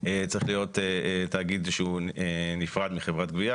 צריך להיות תאגיד שהוא נפרד מחברת גבייה,